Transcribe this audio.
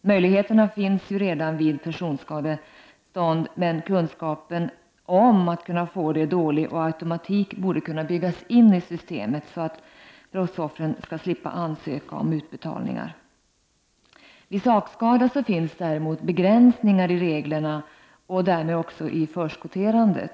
Möjligheten finns redan vid personskadestånd, men kunskapen om det är dålig. Automatik borde kunna byggas in i systemet, så att brottsoffren slipper ansöka om utbetalningar. Vid sakskada finns däremot begränsningar i reglerna och därmed också i förskotteringen.